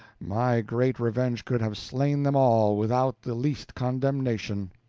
my great revenge could have slain them all, without the least condemnation.